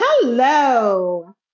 Hello